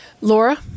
Laura